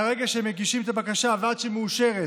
מהרגע שמגישים את הבקשה ועד שהיא מאושרת